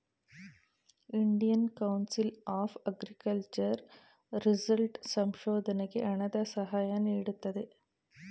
Indian council of agriculture result ಸಂಶೋಧನೆಗೆ ಹಣದ ಸಹಾಯ ನೀಡುತ್ತದೆ